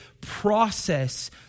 process